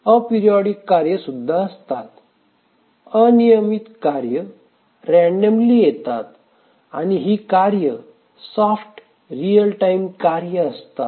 aperiodic कार्य सुद्धा असतात अनियमित कार्ये रँडमली येतात आणि ही कार्ये सॉफ्ट रिअल टाईम कार्य असतात